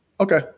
Okay